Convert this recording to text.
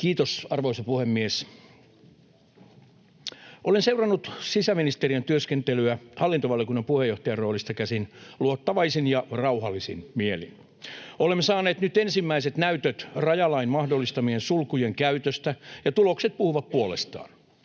Kiitos, arvoisa puhemies! Olen seurannut sisäministeriön työskentelyä hallintovaliokunnan puheenjohtajan roolista käsin luottavaisin ja rauhallisin mielin. Olemme saaneet nyt ensimmäiset näytöt rajalain mahdollistamien sulkujen käytöstä, ja tulokset puhuvat puolestaan.